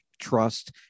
trust